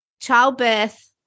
childbirth